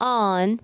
on